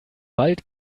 bald